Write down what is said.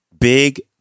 Big